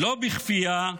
לא בכפייה,